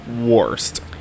worst